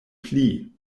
pli